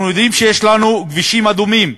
אנחנו יודעים שיש לנו כבישים אדומים,